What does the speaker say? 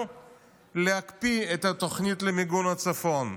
הייתה להקפיא את התוכנית למיגון הצפון.